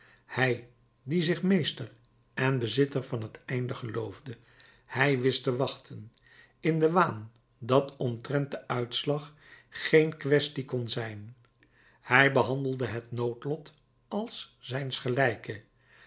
hij die zich meester en bezitter van het einde geloofde hij wist te wachten in den waan dat omtrent den uitslag geen kwestie kon zijn hij behandelde het noodlot als